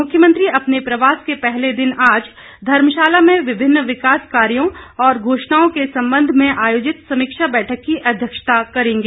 मुख्यमंत्री अपने प्रवास के पहले दिन आज धर्मशाला में विभिन्न विकास कार्यों और घोषणाओं के संबंध में आयोजित समीक्षा बैठक की अध्यक्षता करेंगे